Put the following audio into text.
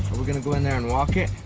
are we going to go in there and walk it.